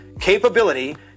capability